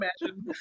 imagine